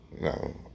No